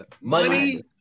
Money